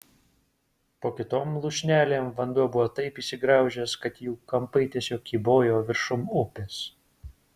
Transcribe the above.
po kitom lūšnelėm vanduo buvo taip įsigraužęs kad jų kampai tiesiog kybojo viršum upės